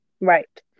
Right